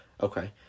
Okay